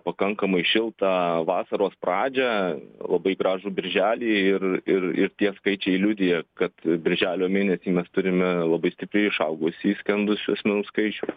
pakankamai šiltą vasaros pradžią labai gražų birželį ir ir ir tie skaičiai liudija kad birželio mėnesį mes turime labai stipriai išaugusį skendusių asmenų skaičių